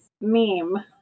meme